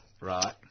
Right